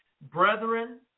Brethren